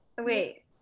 Wait